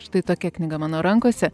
štai tokia knyga mano rankose